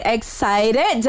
Excited